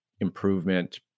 improvement